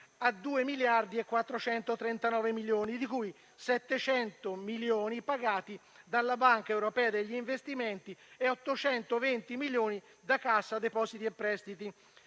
era giunto a 2,439 miliardi, di cui 700 milioni pagati dalla Banca europea degli investimenti e 820 milioni dalla Cassa depositi e prestiti.